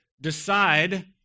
Decide